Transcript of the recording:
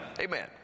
Amen